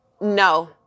no